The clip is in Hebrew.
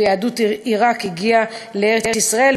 ויהדות עיראק הגיעה לארץ-ישראל.